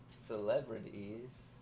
celebrities